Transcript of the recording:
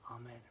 amen